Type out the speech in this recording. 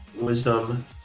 wisdom